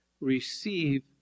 Receive